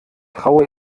traue